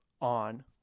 on